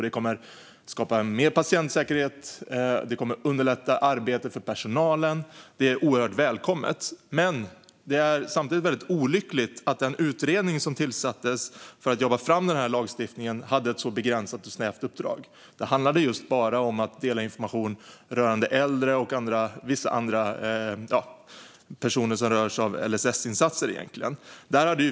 Det kommer att skapa mer patientsäkerhet och underlätta arbetet för personalen. Detta är oerhört välkommet. Men det är samtidigt väldigt olyckligt att den utredning som tillsattes för att jobba fram den här lagstiftningen hade ett så begränsat och snävt uppdrag. Det handlade bara om att dela information rörande äldre och vissa personer som berörs av LSS-insatser.